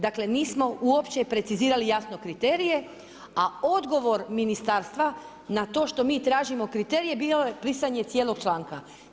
Dakle, nismo uopće precizirali jasno kriterije, a odgovor ministarstva, na to što mi tražimo kriterije, bio je brisanje cijelog članka.